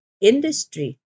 industry